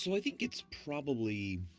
so i think it's probably,